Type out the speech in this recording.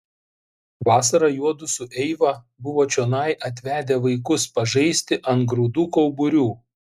vasarą juodu su eiva buvo čionai atvedę vaikus pažaisti ant grūdų kauburių